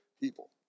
people